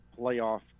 playoff